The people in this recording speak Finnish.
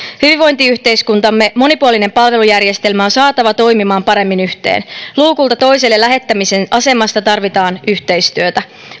hyvinvointiyhteiskuntamme monipuolinen palvelujärjestelmä on saatava toimimaan paremmin yhteen luukulta toiselle lähettämisen asemasta tarvitaan yhteistyötä